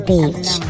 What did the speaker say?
Beach